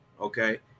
Okay